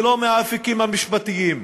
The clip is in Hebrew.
ולא מהאפיקים המשפטיים.